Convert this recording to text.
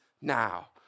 now